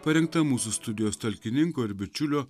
parengta mūsų studijos talkininko ir bičiulio